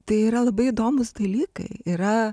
tai yra labai įdomūs dalykai yra